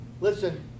Listen